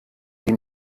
sie